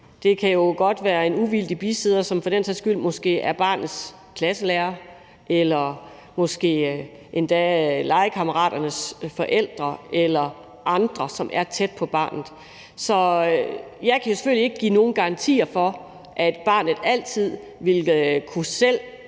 skyld godt være en uvildig bisidder, som måske er barnets klasselærer eller måske endda legekammeraternes forældre eller andre, som er tæt på barnet. Så jeg kan selvfølgelig ikke give nogen garantier for, at barnet altid selv vil kunne få